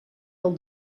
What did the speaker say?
del